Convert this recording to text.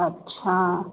अच्छा